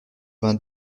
vingt